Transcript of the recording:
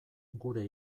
gure